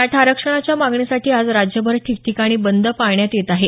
मराठा आरक्षणाच्या मागणीसाठी आज राज्यभर ठिकठिकाणी बंद पाळण्यात येत आहे